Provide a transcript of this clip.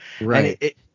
right